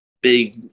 big